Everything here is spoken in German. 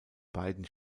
beiden